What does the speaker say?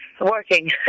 Working